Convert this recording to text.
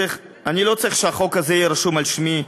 אני לא צריך שהחוק הזה יהיה רשום על שמי.